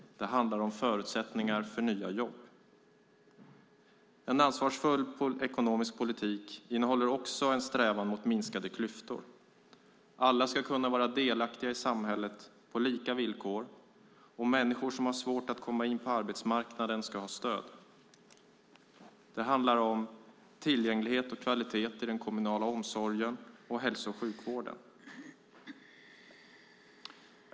Det handlar om förutsättningar för nya jobb. En ansvarsfull ekonomisk politik innehåller också en strävan mot minskade klyftor. Alla ska kunna vara delaktiga i samhället på lika villkor, och människor som har svårt att komma in på arbetsmarknaden ska ha stöd. Det handlar om tillgänglighet och kvalitet i den kommunala omsorgen och hälso och sjukvården.